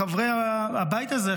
חברי הבית הזה,